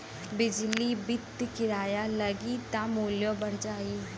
बिजली बत्ति किराया लगी त मुल्यो बढ़ जाई